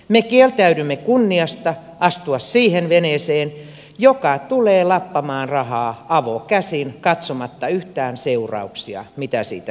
me kieltäydyimme kunniasta astua siihen veneeseen joka tulee lappamaan rahaa avokäsin katsomatta yhtään seurauksia mitä siitä seuraa